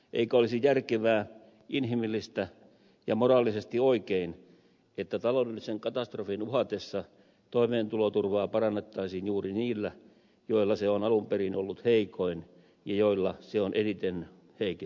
eikö olisi järkevää inhimillistä ja moraalisesti oikein että taloudellisen katastrofin uhatessa toimeentuloturvaa parannettaisiin juuri niiden kohdalla joilla se on alun perin ollut heikoin ja joilla se on eniten heikentynyt